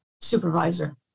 supervisor